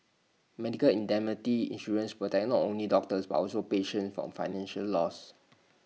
medical indemnity insurance protects not only doctors but also patients from financial loss